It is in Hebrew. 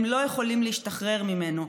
הם לא יכולים להשתחרר מזה".